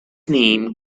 name